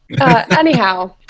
Anyhow